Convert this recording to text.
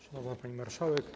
Szanowna Pani Marszałek!